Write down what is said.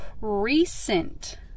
recent